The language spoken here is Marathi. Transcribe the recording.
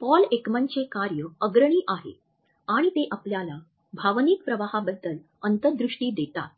पॉल एकमॅनचे कार्य अग्रणी आहे आणि ते आपल्याला भावनिक प्रवाहाबद्दल अंतर्दृष्टी देतात